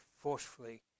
forcefully